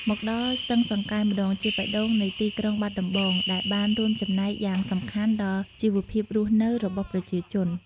មកដល់ស្ទឹងសង្កែម្តងជាបេះដូងនៃទីក្រុងបាត់ដំបង ដែលបានរួមចំណែកយ៉ាងសំខាន់ដល់ជីវភាពរស់នៅរបស់ប្រជាជន។